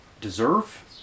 deserve